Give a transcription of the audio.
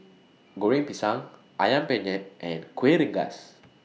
Goreng Pisang Ayam Penyet and Kueh Rengas